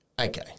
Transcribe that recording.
Okay